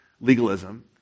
legalism